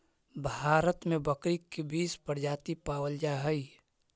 भारत में बकरी के बीस प्रजाति पावल जा हइ